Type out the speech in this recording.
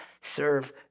serve